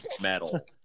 metal